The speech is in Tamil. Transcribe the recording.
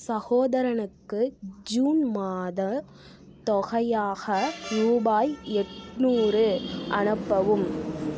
சகோதரனுக்கு ஜூன் மாதத் தொகையாக ரூபாய் எட்நூறு அனுப்பவும்